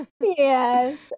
Yes